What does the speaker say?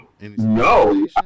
No